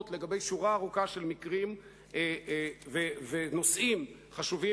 לגבי שורה ארוכה של מקרים ונושאים חשובים,